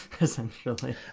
essentially